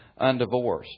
undivorced